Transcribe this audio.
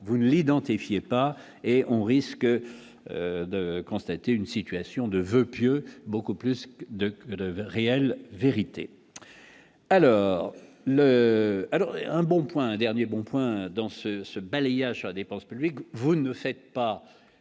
vous l'identifiez pas et on risque de constater une situation de voeux pieux, beaucoup plus de que de réelle vérité alors alors un bon point, dernier bon point dans ce ce balayage sur la dépense publique, vous ne faites pas,